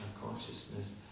consciousness